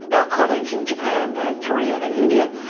our colleagues in japan, and korea, and india.